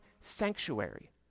sanctuary